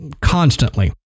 constantly